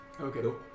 Okay